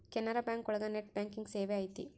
Canara Bank ಒಳಗ net banking ಸೇವೆ ಐತಿ